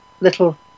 little